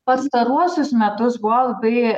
pastaruosius metus buvo labai